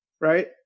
Right